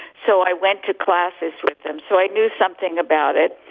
so i went to classes with them. so i knew something about it.